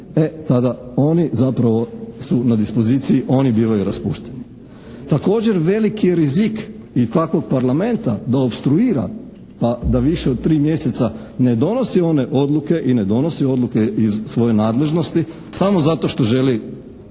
e tada oni zapravo su na dispoziciji, oni bivaju raspušteni. Također veliki je rizik i takvog parlamenta da opstruira, da više od 3 mjeseca ne donosi one odluke i ne donosi odluke iz svoje nadležnosti samo zato što želi